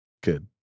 Good